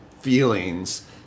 feelings